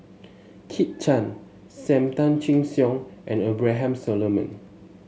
Kit Chan Sam Tan Chin Siong and Abraham Solomon